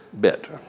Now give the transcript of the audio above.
bit